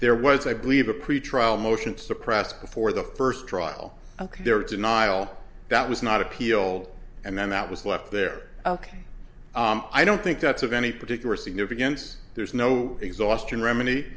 there was i believe a pretrial motion to suppress before the first trial ok their denial that was not appeal and then that was left there ok i don't think that's of any particular significance there's no exhaustion remedy